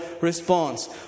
response